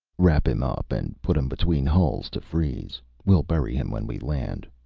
wrap him up and put him between hulls to freeze. we'll bury him when we land.